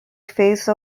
phase